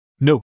No